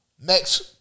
Next